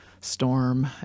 storm